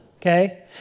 Okay